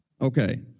Okay